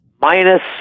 minus